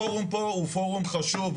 הפורום פה הוא פורום חשוב,